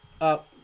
up